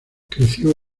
creció